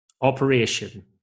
operation